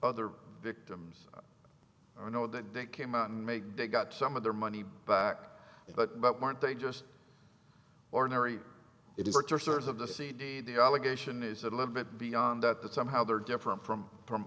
other victims i know that they came out and make they got some of their money back but but weren't they just ordinary it is are sort of the cd the allegation is a little bit beyond that that somehow they're different from